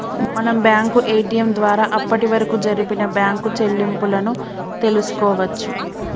మనం bank ATM ద్వారా అప్పటివరకు జరిపిన బ్యేంకు చెల్లింపులను తెల్సుకోవచ్చు